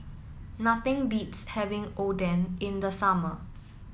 nothing beats having Oden in the summer